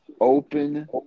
open